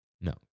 No